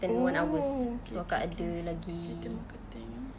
oo okay okay digital marketing